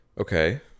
okay